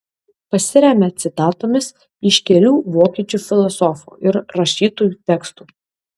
pasiremia citatomis iš kelių vokiečių filosofų ir rašytojų tekstų